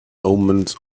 omens